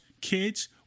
kids